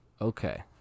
Okay